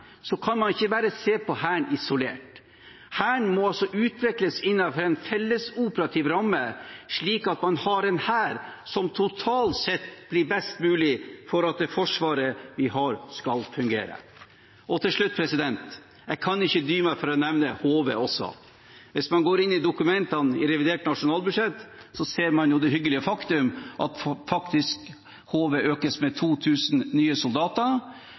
så fort som det egentlig er behov for. Det tar ti år å bygge forsvarsevne, det tar ett år å rive den ned. Og når man ser på Hæren, kan man ikke bare se på Hæren isolert. Hæren må utvikles innenfor en fellesoperativ ramme, slik at man har en hær som totalt sett blir best mulig for at det Forsvaret vi har, skal fungere. Til slutt: Jeg kan ikke dy meg for også å nevne HV. Hvis man går inn i dokumentene i revidert nasjonalbudsjett, ser